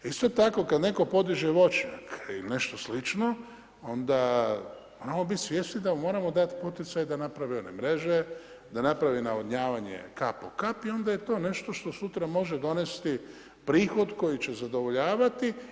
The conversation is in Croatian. Isto tako kada netko podiže voćnjak ili nešto slično onda moramo biti svjesni da mu moramo dati poticaj da napravi one mreže, da napravi navodnavanje kap po kap i onda je to nešto što sutra može donesti prihod koji će zadovoljavati.